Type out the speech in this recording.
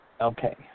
Okay